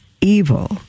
evil